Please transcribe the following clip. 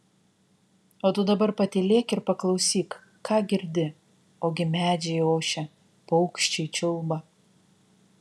o tu dabar patylėk ir paklausyk ką girdi ogi medžiai ošia paukščiai čiulba